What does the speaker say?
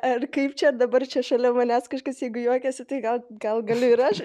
ar kaip čia dabar čia šalia manęs kažkas jeigu juokiasi tai gal gal galiu ir aš